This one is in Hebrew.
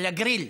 על הגריל.